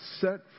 set